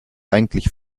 eigentlich